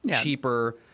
cheaper